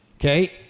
Okay